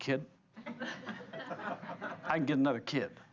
kid i get another kid